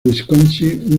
wisconsin